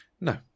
No